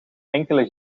enkele